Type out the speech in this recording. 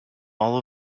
all